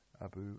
Abu